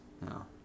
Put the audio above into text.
No